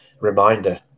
reminder